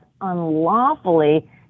unlawfully